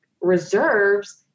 reserves